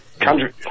country